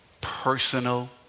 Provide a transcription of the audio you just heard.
personal